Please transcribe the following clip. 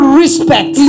respect